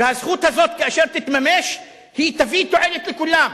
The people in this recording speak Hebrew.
והזכות הזאת, כאשר תתממש, היא תביא תועלת לכולם.